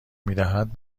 میدهد